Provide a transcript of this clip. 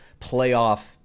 playoff –